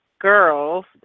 girls